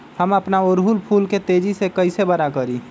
हम अपना ओरहूल फूल के तेजी से कई से बड़ा करी?